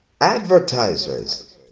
Advertisers